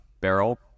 barrel